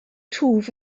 twf